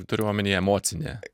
turiu omenyje emocinė